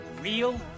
real